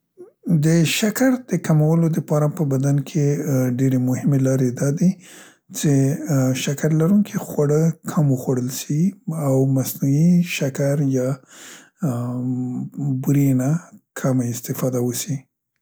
د شکر د کمولو لپاره په بدن کې ډيرې مهمې لارې دا دي څې شکر لرونکي خواړه کم وخوړل سي او مصنوعي شکر یا ام بورې نه کمه استفاده وسي.